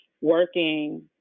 working